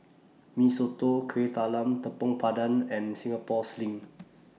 Mee Soto Kuih Talam Tepong Pandan and Singapore Sling